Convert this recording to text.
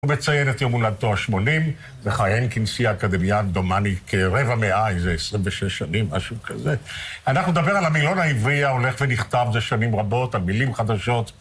הוא מציין את יום הולדתו ה-80, מכהן כנשיא האקדמייה, דומני כרבע מאה, איזה 26 שנים, משהו כזה. אנחנו מדבר על המילון העברי ההולך ונכתב זה שנים רבות, על מילים חדשות.